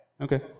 Okay